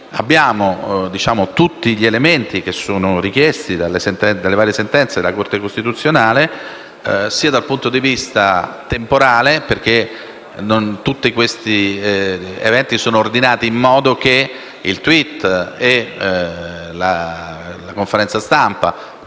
abbiamo tutti gli elementi richiesti dalle varie sentenze della Corte costituzionale sia dal punto di vista temporale, perché tutti questi eventi (il *tweet* e la conferenza stampa)